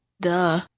Duh